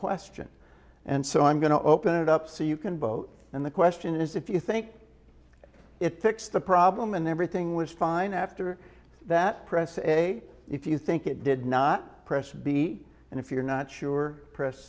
question and so i'm going to open it up so you can vote and the question is if you think it fixed the problem and everything was fine after that press say if you think it did not press b and if you're not sure press